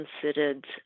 considered